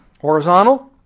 horizontal